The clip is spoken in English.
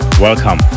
Welcome